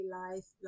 life